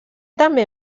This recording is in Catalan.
també